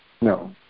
No